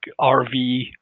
RV